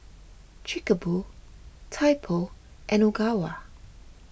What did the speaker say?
Chic A Boo Typo and Ogawa